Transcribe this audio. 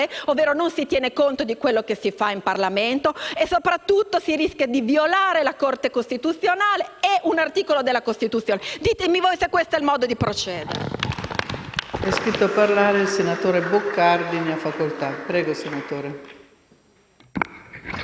ovvero non si tiene conto di quello che si fa in Parlamento, e soprattutto si rischia di violare la Corte costituzionale e un articolo della Costituzione. Ditemi voi se questo è modo di procedere.